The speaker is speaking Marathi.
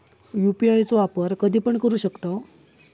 यू.पी.आय चो वापर कधीपण करू शकतव?